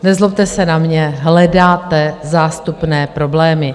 Nezlobte se na mě, hledáte zástupné problémy.